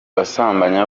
basambanya